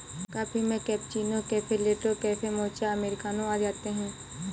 coffee में cappuccino, cafe latte, cafe mocha, अमेरिकनों आदि आते है